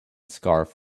scarf